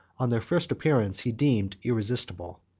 on their first appearance, he deemed irresistible.